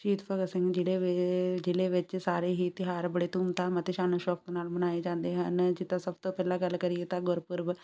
ਸ਼ਹੀਦ ਭਗਤ ਸਿੰਘ ਜ਼ਿਲ੍ਹੇ ਜ਼ਿਲ੍ਹੇ ਵਿੱਚ ਸਾਰੇ ਹੀ ਤਿਉਹਾਰ ਬੜੇ ਧੂਮਧਾਮ ਅਤੇ ਸ਼ਾਨੋ ਸ਼ੋਕਤ ਨਾਲ ਮਨਾਏ ਜਾਂਦੇ ਹਨ ਜਿੱਦਾਂ ਸਭ ਤੋਂ ਪਹਿਲਾਂ ਗੱਲ ਕਰੀਏ ਤਾਂ ਗੁਰਪੁਰਬ